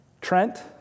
Trent